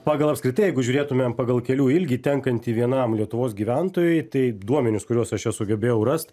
pagal apskritai jeigu žiūrėtumėm pagal kelių ilgį tenkantį vienam lietuvos gyventojui tai duomenys kuriuos aš čia sugebėjau rast